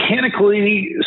mechanically